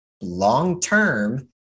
long-term